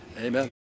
Amen